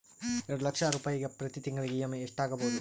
ಎರಡು ಲಕ್ಷ ರೂಪಾಯಿಗೆ ಪ್ರತಿ ತಿಂಗಳಿಗೆ ಇ.ಎಮ್.ಐ ಎಷ್ಟಾಗಬಹುದು?